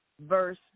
verse